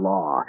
Law